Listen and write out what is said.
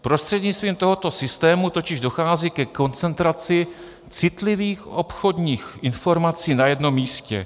Prostřednictvím tohoto systému totiž dochází ke koncentraci citlivých obchodních informací na jednom místě.